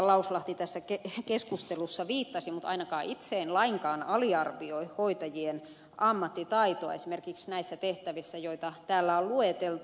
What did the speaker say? lauslahti tässä keskustelussa viittasi mutta ainakaan itse en lainkaan aliarvioi hoitajien ammattitaitoa esimerkiksi näissä tehtävissä joita täällä on lueteltu